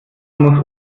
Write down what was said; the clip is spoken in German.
muss